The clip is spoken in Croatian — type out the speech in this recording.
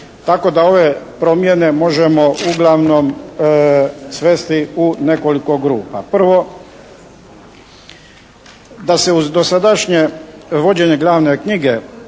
tako da ove promjene možemo uglavnom svesti u nekoliko grupa. Prvo, da se uz dosadašnje vođenje glavne knjige